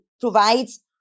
provides